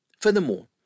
Furthermore